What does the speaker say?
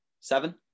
Seven